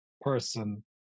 person